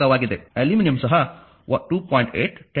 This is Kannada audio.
ಅಲ್ಯೂಮಿನಿಯಂ ಸಹ 2